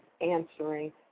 answering